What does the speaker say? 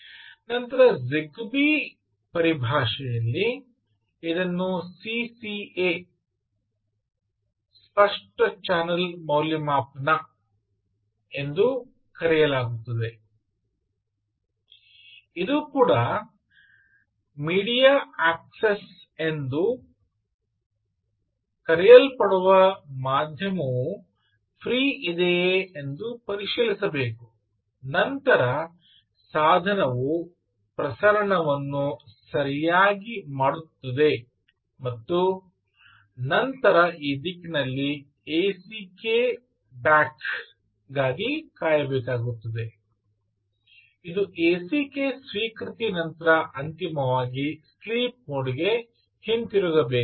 ನಂತರ ಜಿಗ್ಬೀ ಪರಿಭಾಷೆಯಲ್ಲಿ ಇದನ್ನು ಸಿಸಿಎ ಸ್ಪಷ್ಟ ಚಾನೆಲ್ ಮೌಲ್ಯಮಾಪನ ಎಂದು ಕರೆಯಲಾಗುತ್ತದೆ ಇದು ಕೂಡ ಮೀಡಿಯಾ ಆಕ್ಸೆಸ್ ಎಂದು ಕರೆಯಲ್ಪಡುವ ಮಾಧ್ಯಮವು ಫ್ರೀ ಇದೆಯೇ ಎಂದು ಪರಿಶೀಲಿಸಬೇಕು ನಂತರ ಸಾಧನ ಪ್ರಸರಣವನ್ನು ಸರಿಯಾಗಿ ಮಾಡುತ್ತದೆ ಮತ್ತು ನಂತರ ಈ ದಿಕ್ಕಿನಲ್ಲಿ "ack back" ಗಾಗಿ ಕಾಯಬೇಕಾಗುತ್ತದೆ ಇದು ack ಸ್ವೀಕೃತಿ ನಂತರ ಅಂತಿಮವಾಗಿ ಸ್ಲೀಪ್ ಮೋಡ್ ಗೆ ಹಿಂತಿರುಗಬೇಕಾಗಿದೆ